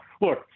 look